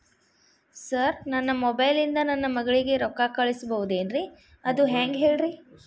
sir ನನ್ನ mobile ಇಂದ ನನ್ನ ಮಗಳಿಗೆ ರೊಕ್ಕಾ ಕಳಿಸಬಹುದೇನ್ರಿ ಅದು ಹೆಂಗ್ ಹೇಳ್ರಿ